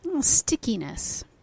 stickiness